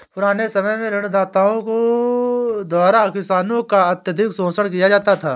पुराने समय में ऋणदाताओं द्वारा किसानों का अत्यधिक शोषण किया जाता था